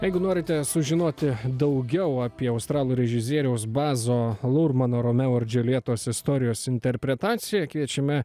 jeigu norite sužinoti daugiau apie australų režisieriaus bazo lurmano romeo ir džiuljetos istorijos interpretaciją kviečiame